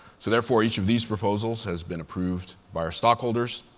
so, therefore, each of these proposals has been approved by our stockholders.